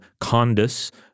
condus